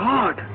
God